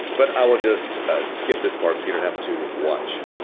but i will just skip this part, so you don't have to watch.